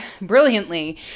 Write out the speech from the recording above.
brilliantly